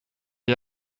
est